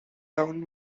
down